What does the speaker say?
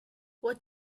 what